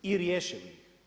I riješeni.